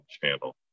channel